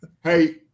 Hey